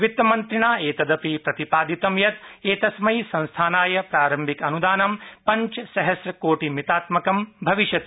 वित्तमंत्रिणा एतदपि प्रतिपादितं यत् एतस्मै संस्थानाय प्रारम्भिक अनुदानं पञ्चसहस्र कोटि मितात्मकं भविष्यति